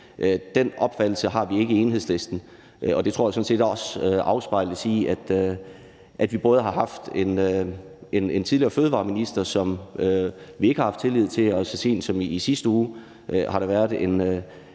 Den opfattelse har vi ikke i Enhedslisten. Det tror jeg sådan set også afspejles i, at vi både tidligere har haft en fødevareminister, som vi ikke havde tillid til, og så sent som i sidste uge har der været en